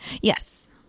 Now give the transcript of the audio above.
Yes